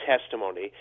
testimony